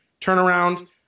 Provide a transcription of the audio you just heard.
turnaround